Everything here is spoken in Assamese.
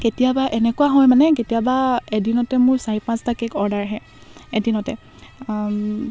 কেতিয়াবা এনেকুৱা হয় মানে কেতিয়াবা এদিনতে মোৰ চাৰি পাঁচটা কে'ক অৰ্ডাৰ আহে এদিনতে